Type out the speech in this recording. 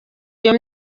iyo